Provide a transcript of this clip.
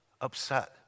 upset